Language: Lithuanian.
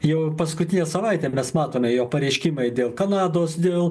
jau paskutinę savaitę mes matome jo pareiškimai dėl kanados dėl